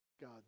god